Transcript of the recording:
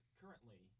currently